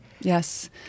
Yes